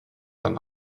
dann